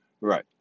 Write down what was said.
Right